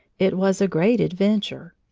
it was a great adventure.